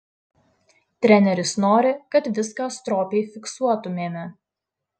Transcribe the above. treneris nori kad viską stropiai fiksuotumėme